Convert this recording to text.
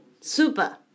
super